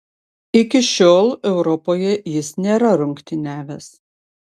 iki šiol europoje jis nėra rungtyniavęs